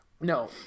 No